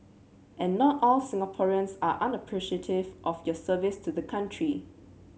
and not all Singaporeans are unappreciative of your service to the country